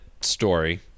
story